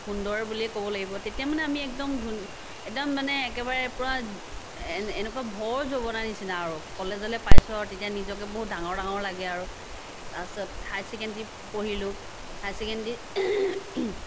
সুন্দৰ বুলিয়ে ক'ব লাগিব তেতিয়া মানে আমি একদম ধু একদম মানে একেবাৰে পুৰা এ এনেকুৱা ভৰ যৌৱনৰ নিচিনা আৰু কলেজলৈ পাইছো আৰু তেতিয়া নিজকে বহুত ডাঙৰ ডাঙৰ লাগে আৰু তাৰপিছত হাই ছেকেণ্ডেৰী পঢ়িলো হাই ছেকেণ্ডেৰী